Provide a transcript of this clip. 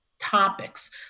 topics